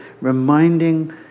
reminding